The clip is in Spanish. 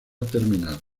terminar